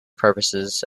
purposes